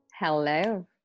Hello